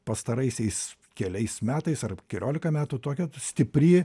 pastaraisiais keliais metais ar keliolika metų tokia stipri